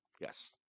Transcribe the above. Yes